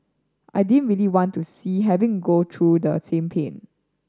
I didn't really want to see having go through the same pain